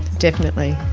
definitely.